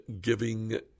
giving